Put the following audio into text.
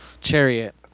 chariot